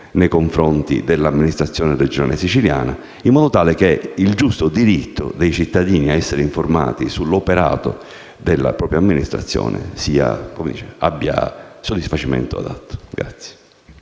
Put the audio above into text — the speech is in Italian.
nei confronti dell'amministrazione della Regione siciliana, in modo tale che il giusto diritto dei cittadini ad essere informati sull'operato della propria amministrazione abbia un soddisfacimento adeguato.